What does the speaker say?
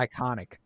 Iconic